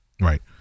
right